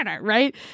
right